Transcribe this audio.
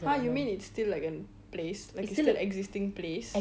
!huh! you mean it's still like a place like a still existing place